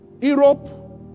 Europe